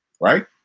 Right